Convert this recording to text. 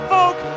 Folk